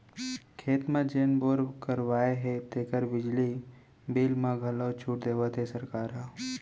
खेत म जेन बोर करवाए हे तेकर बिजली बिल म घलौ छूट देवत हे सरकार ह